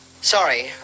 sorry